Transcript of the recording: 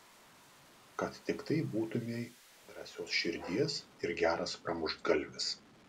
kad tiktai būtumei drąsios širdies ir geras pramuštgalvis